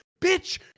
bitch